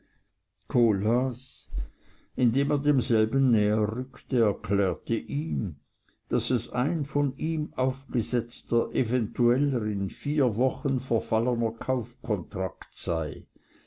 kohlhaas indem er demselben näher rückte erklärte ihm daß es ein von ihm aufgesetzter eventueller in vier wochen verfallener kaufkontrakt sei